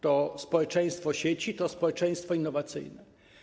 To społeczeństwo sieci, to społeczeństwo innowacyjne.